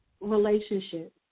relationship